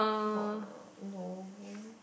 no